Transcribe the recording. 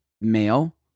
male